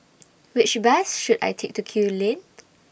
Which Bus should I Take to Kew Lane